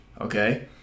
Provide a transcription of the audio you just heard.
okay